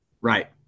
right